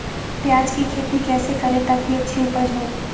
प्याज की खेती कैसे करें ताकि अच्छी उपज हो?